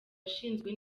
ashinzwe